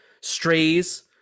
strays